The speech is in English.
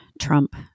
Trump